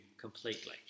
completely